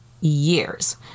years